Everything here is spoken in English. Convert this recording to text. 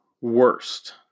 worst